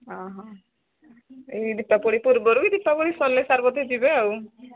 ହଁ ହଁ ଏଇ ଦୀପୀବଳି ପୂର୍ବରୁ ଦୀପୀବଳି ସରିଲେ ସାର୍ ବୋଧେ ଯିବେ